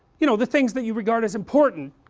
you know the things that you regard as important